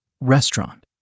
restaurant